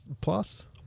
plus